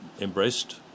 embraced